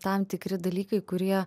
tam tikri dalykai kurie